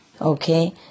Okay